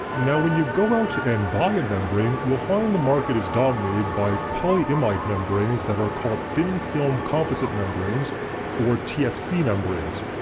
now when you go out and buy a membrane, you'll find the market is dominated dominated by polyimide membranes that are called thin film composite membranes or tfc membranes.